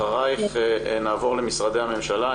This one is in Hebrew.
אחרייך נעבור למשרדי הממשלה,